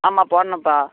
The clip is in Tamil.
ஆமாம் போடணும்பா